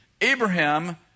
Abraham